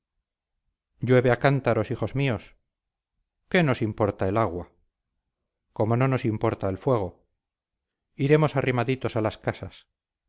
llueve a cántaros hijos míos qué nos importa el agua como no nos importa el fuego iremos arrimaditos a las casas